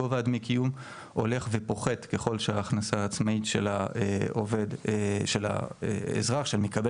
גובה דמי הקיום הולך ופוחת ככל שההכנסה העצמאית של האזרח של מקבל